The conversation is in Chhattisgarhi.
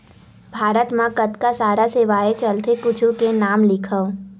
भारत मा कतका सारा सेवाएं चलथे कुछु के नाम लिखव?